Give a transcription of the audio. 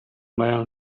man